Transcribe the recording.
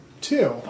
two